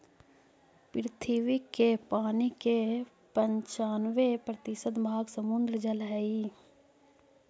पृथ्वी के पानी के पनचान्बे प्रतिशत भाग समुद्र जल हई